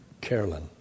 Carolyn